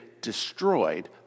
destroyed